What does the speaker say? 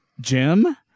Jim